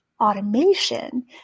automation